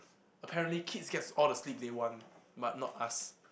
apparently kids get all the sleep they want but not us